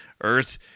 Earth